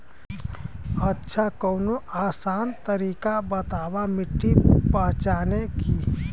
अच्छा कवनो आसान तरीका बतावा मिट्टी पहचाने की?